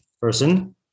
person